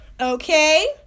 Okay